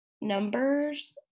numbers